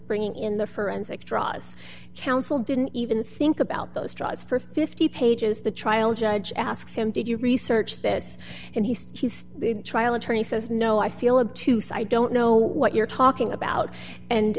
bringing in the forensic draws counsel didn't even think about those drugs for fifty pages the trial judge asked him did you research this and he says the trial attorney says no i feel it too so i don't know what you're talking about and